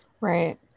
right